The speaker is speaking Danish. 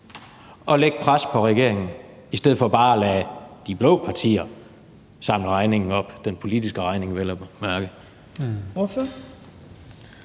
og lægge pres på regeringen i stedet for bare at lade de blå partier samle regningen op, den politiske regning vel at mærke?